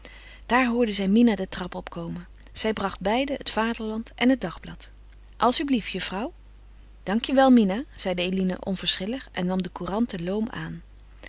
daar hoorde zij mina de trap opkomen zij bracht beiden het vaderland en het dagblad als u blief juffrouw dank je wel mina zeide eline onverschillig en nam de couranten loom aan